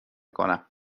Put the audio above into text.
کنم